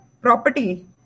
property